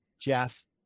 Jeff